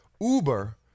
Uber